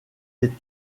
des